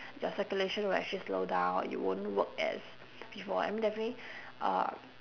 your circulation will actually slow down you won't work as before I mean definitely uh